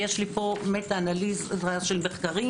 יש לי מטא אנליזה של מחקרים.